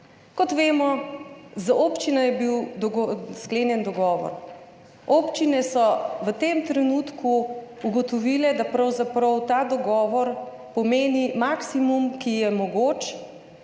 Kot vemo, je bil za občine sklenjen dogovor. Občine so v tem trenutku ugotovile, da pravzaprav ta dogovor pomeni maksimum, ki je mogoč,